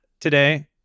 today